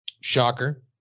Shocker